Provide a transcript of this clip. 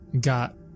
Got